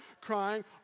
crying